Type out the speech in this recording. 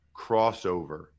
Crossover